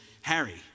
Harry